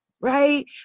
Right